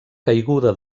caiguda